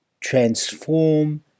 transform